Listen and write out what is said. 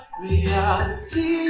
reality